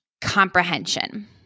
comprehension